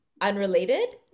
unrelated